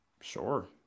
Sure